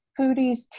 foodies